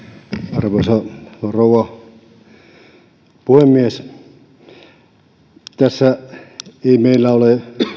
arvoisa rouva puhemies ei meillä perussuomalaisissa ole